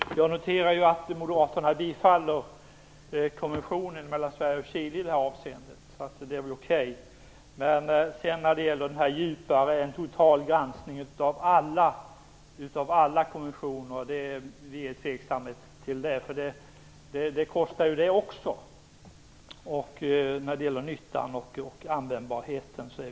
Herr talman! Jag noterar att Moderaterna bifaller konventionen mellan Sverige och Chile i detta avseende. Det är väl okej. Men när det gäller den djupare totala granskningen av alla konventioner är vi tveksamma. Det kostar ju det också. Vi är något tveksamma när det gäller nyttan och användbarheten.